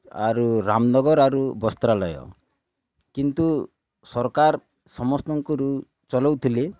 ଆରୁ ରାମନଗର୍ ଆରୁ ବସ୍ତ୍ରାଲୟ କିନ୍ତୁ ସରକାର୍ ସମସ୍ତଙ୍କରୁ ଚଲଉଥିଲେ